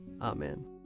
Amen